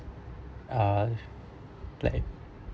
uh like